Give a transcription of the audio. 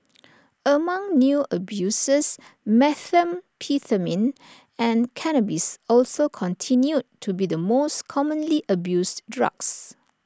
among new abusers methamphetamine and cannabis also continued to be the most commonly abused drugs